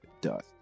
dust